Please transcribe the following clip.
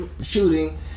shooting